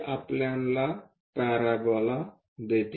हे आपल्याला पॅराबोला देते